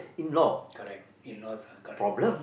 correct correct